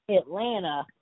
Atlanta